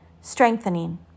strengthening